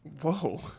Whoa